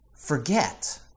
forget